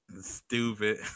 Stupid